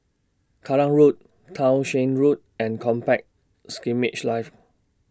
Kallang Road Townshend Road and Combat Skirmish Live